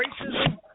racism